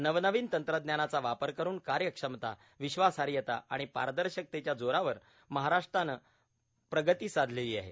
नवनवीन तंत्रज्ञानाचा वापर करून कार्यक्षमता विश्वासार्हता आणि पारदर्शकतेच्या जोरावर महाराष्ट्राने प्रगती साधलेली आहे